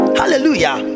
hallelujah